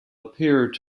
appeared